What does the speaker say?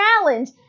challenge